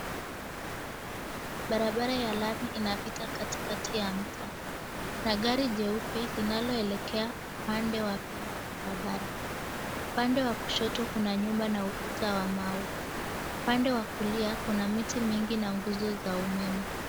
Barabara ya lami inapita katikati ya mtaa na gari jeupe linaloelekea upande wa pili wa barabara. Upande wa kushoto kuna nyumba na ukuta wa mawe, upande wa kulia kuna miti mingi na nguzo za umeme.